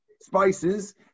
spices